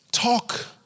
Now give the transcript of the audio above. Talk